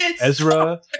ezra